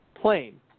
Plain